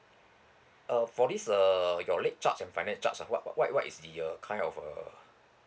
uh for this err your late charge and finance charge what what what is the uh kind of a